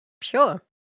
Sure